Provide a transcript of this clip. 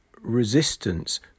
resistance